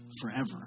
forever